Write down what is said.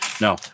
no